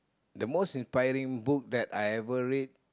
the most inspiring book that I ever read